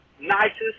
nicest